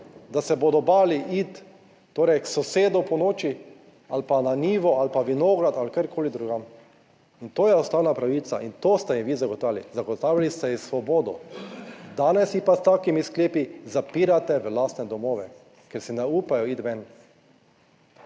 da se bodo bali iti torej k sosedu ponoči ali pa na njivo ali pa vinograd ali karkoli drugam. In to je ustavna pravica in to ste jim vi zagotovili, zagotavljali ste ji svobodo, danes jih pa s takimi sklepi zapirate v lastne domove, ker si ne upajo iti ven.